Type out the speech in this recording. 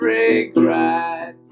regret